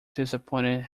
disappointed